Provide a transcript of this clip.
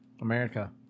America